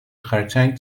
خرچنگ